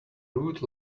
rude